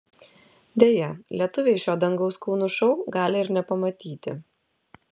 deja lietuviai šio dangaus kūnų šou gali ir nepamatyti